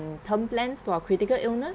term plans for critical illness